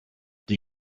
die